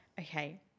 okay